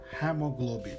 hemoglobin